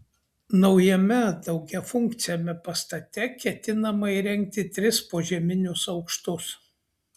naujame daugiafunkciame pastate ketinama įrengti tris požeminius aukštus